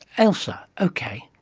ailsa, okay,